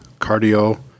cardio